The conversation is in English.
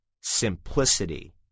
simplicity